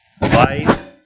life